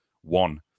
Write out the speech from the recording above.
One